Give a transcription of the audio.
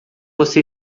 você